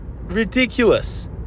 Ridiculous